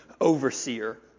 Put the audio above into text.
overseer